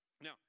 Now